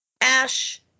Ash